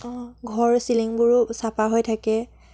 ঘৰ চিলিংবোৰো চাফা হৈ থাকে